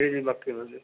جی جی مکّی مسجد پہ